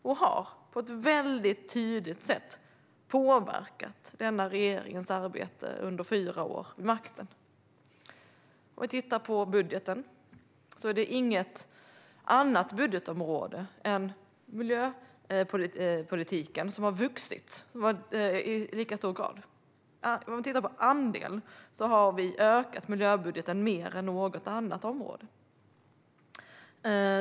De har också på ett tydligt sätt påverkat den här regeringens arbete under fyra år vid makten. Om man tittar på budgeten kan man se att inget annat budgetområde än miljöpolitiken har vuxit i lika hög grad. Om man tittar på andelen kan man se att vi har ökat miljöbudgeten mer än något annat område.